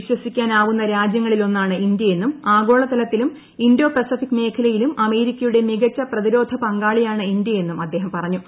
വിശ്വസി ക്കാനാവുന്ന രാജ്യങ്ങളിൽ ഒന്നാണ് ഇന്ത്യൂയ്ക്കും ആഗോളതലത്തിലും ഇൻഡോ പസഫിക് മേഖലയിലും അമേരിക്കയുടെ മികച്ച പ്രതിരോധ പങ്കാളിയാണ് ഇന്ത്യയെന്നും അദ്ദേഷം പ്റഞ്ഞു